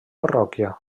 parròquia